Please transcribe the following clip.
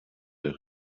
der